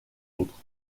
autres